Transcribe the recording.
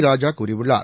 ராஜா கூறியுள்ளார்